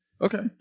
Okay